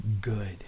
good